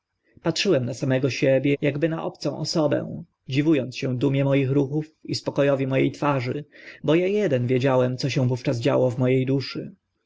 patrzyłem na samego siebie akby na obcą osobę dziwu ąc się dumie moich ruchów i spoko owi mo e twarzy bo a eden wiedziałem co się wówczas działo w mo e duszy